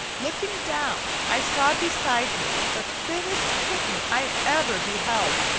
looking down i saw beside me the thinnest kitten i ever beheld.